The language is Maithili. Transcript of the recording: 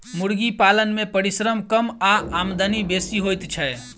मुर्गी पालन मे परिश्रम कम आ आमदनी बेसी होइत छै